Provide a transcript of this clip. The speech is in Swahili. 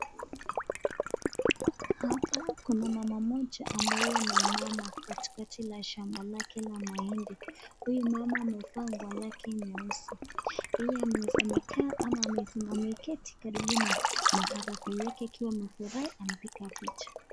Hapa kuna mama mmoja ambaye ameinama katikati la shamba lake la maindi ,huyu mama amevaa nguo lake nyeusi yeye amekaa ama ameketi karibu na maharagwe yake akiwa amefurahi anapiga picha.